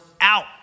out